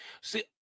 See